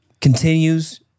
continues